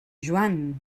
joan